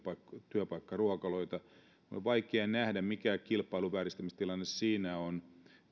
työpaikkaruokaloita minun on vaikea nähdä mikä kilpailuvääristymistilanne siinä on